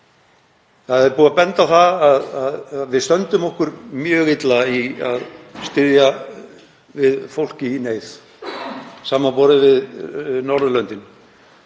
Það er búið að benda á að við stöndum okkur mjög illa í því að styðja við fólk í neyð samanborið við hin Norðurlöndin.